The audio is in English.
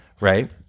Right